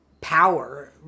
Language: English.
power